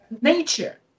nature